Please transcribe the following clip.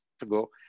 ago